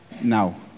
now